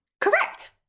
Correct